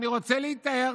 ואני רוצה להיטהר,